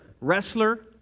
wrestler